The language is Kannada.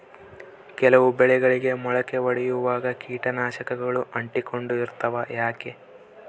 ಕೆಲವು ಬೆಳೆಗಳಿಗೆ ಮೊಳಕೆ ಒಡಿಯುವಾಗ ಕೇಟನಾಶಕಗಳು ಅಂಟಿಕೊಂಡು ಇರ್ತವ ಯಾಕೆ?